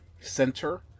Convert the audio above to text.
Center